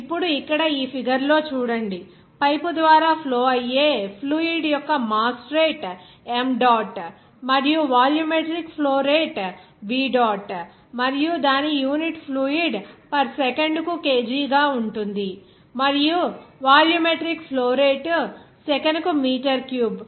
ఇప్పుడు ఇక్కడ ఈ ఫిగర్ లో చూడండి పైపు ద్వారా ఫ్లో అయ్యే ఫ్లూయిడ్ యొక్క మాస్ రేటు m డాట్ మరియు volumetric flow rate V dot మరియు దాని యూనిట్ ఫ్లూయిడ్ పర్ సెకండ్ కు kg గా ఉంటుంది మరియు వాల్యూమెట్రిక్ ఫ్లో రేటు సెకనుకు మీటర్ క్యూబ్ అంటే అక్కడ సెకనుకు మీటర్